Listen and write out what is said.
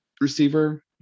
receiver